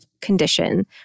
condition